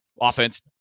offense